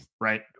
right